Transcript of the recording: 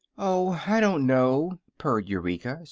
oh, i don't know, purred eureka,